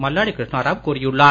மல்லாடி கிருஷ்ணாராவ் கூறியுள்ளார்